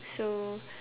so